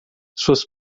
suas